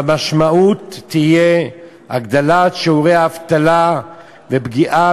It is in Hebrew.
והמשמעות תהיה הגדלת שיעורי האבטלה ופגיעה